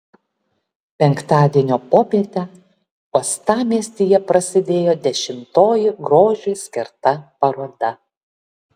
penktadienio popietę uostamiestyje prasidėjo dešimtoji grožiui skirta paroda